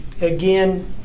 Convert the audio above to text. again